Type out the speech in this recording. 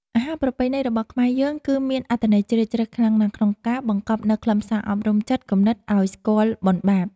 អាហារប្រពៃណីរបស់ខ្មែរយើងគឺមានអត្ថន័យជ្រាលជ្រៅខ្លាំងណាស់ក្នុងការបង្កប់នូវខ្លឹមសារអប់រំចិត្តគំនិតឱ្យស្គាល់បុណ្យបាប។